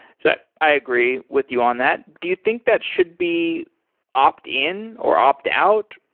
so i agree with you on that. do you think that should be opt-in or opt-out?